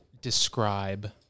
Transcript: describe